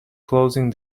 closing